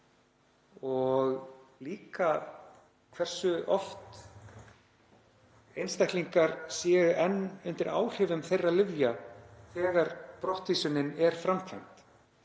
og líka hversu oft einstaklingar séu enn undir áhrifum þeirra lyfja þegar brottvísunin er framkvæmd.